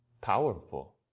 Powerful